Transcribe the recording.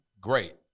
great